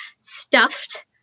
stuffed